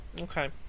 Okay